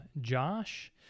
Josh